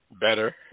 better